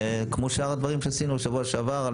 וכמו שאר הדברים שעשינו שבוע שעבר,